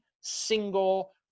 single